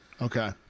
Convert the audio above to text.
Okay